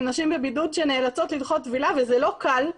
נשים בבידוד שנאלצות לדחות טבילה וזה לא קל.